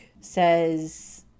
says